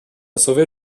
sauver